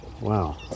Wow